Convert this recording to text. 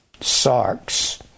sarks